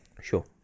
Sure